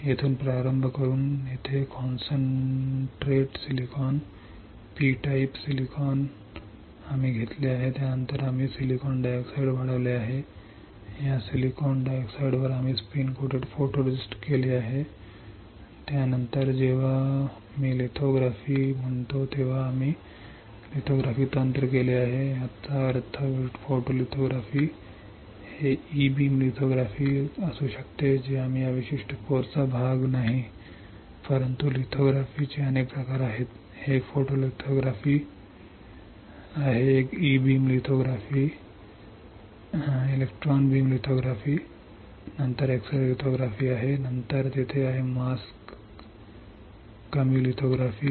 येथून प्रारंभ करून येथे concentrate silicon P type silicon आम्ही घेतले आहे त्यानंतर आम्ही सिलिकॉन डायऑक्साइड वाढवले आहे या सिलिकॉन डायऑक्साइडवर आम्ही स्पिन लेपित फोटोरिस्टिस्ट केले आहे त्यानंतर जेव्हा मी लिथोग्राफी म्हणतो तेव्हा आम्ही लिथोग्राफी तंत्र केले आहे याचा अर्थ फोटोलिथोग्राफी हे ई बीम लिथोग्राफी असू शकते जे आम्ही या विशिष्ट कोर्सचा भाग नाही परंतु लिथोग्राफीचे अनेक प्रकार आहेत एक फोटोलिथोग्राफी आहे एक ई बीम लिथोग्राफी आहे नंतर एक्स रे लिथोग्राफी आहे नंतर तेथे आहे मास्क कमी लिथोग्राफी